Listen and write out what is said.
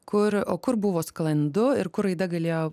kur o kur buvo sklandu ir kur raida galėjo